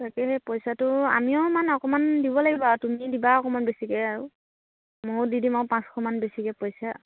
তাকেহে পইচাটো আমিও মান অকণমান দিব লাগিব আৰু তুমি দিবা অকণমান বেছিকে আৰু ময়ো দি দিম আৰু পাঁচশমান বেছিকে পইচা